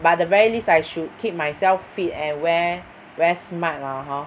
but the very least I should keep myself fit and wear wear smart lah hor